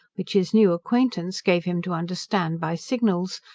which his new acquaintance gave him to understand, by signals,